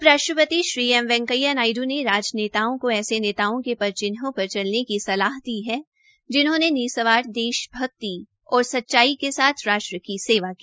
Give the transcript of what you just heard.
उपराष्ट्रपति श्री एम वैकेंया नायड्र ने राजनेताओं को ऐसे नेताओं के पदचिन्हों पर चलने की सलाह दी है जिन्होंने निस्वार्थ देश भक्ति और सच्चाई के साथ राष्ट्र की सेवा की